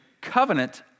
covenant